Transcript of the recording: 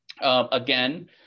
Again